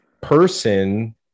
person